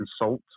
consult